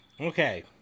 Okay